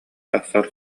тахсар